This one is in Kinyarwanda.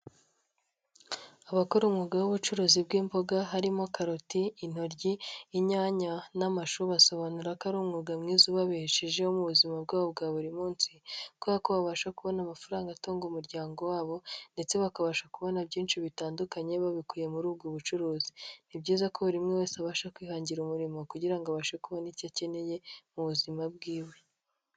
Abakora umwuga w'ubucuruzi bw'imboga harimo karoti, intoryi, inyanya n'amashu basobanura ko ari umwuga mwiza ubabeheshejeho mu buzima bwabo bwa buri munsi kubera ko babasha kubona amafaranga atunga umuryango wabo ndetse bakabasha kubona byinshi bitandukanye babikuye muri ubwo bucuruzi, ni byiza ko buri umwe wese abasha kwihangira umurimo kugira abashe kubona icyo akeneye mu buzima bwiwe.